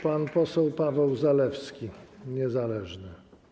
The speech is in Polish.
Pan poseł Paweł Zalewski, poseł niezależny.